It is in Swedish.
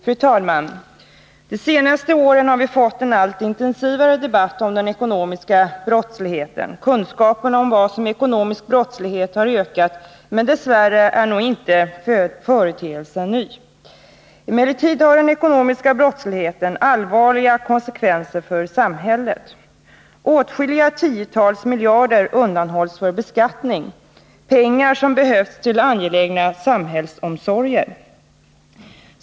Fru talman! De senaste åren har vi fått en allt intensivare debatt om den ekonomiska brottsligheten. Kunskaperna om vad som är ekonomisk brottslighet har ökat, men dess värre är nog inte företeelsen ny. Emellertid har den ekonomiska brottsligheten allvarliga konsekvenser för samhället. Åtskilliga tiotals miljarder undanhålls från beskattning — pengar som hade behövts till angelägna samhällsomsorger.